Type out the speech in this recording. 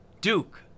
Duke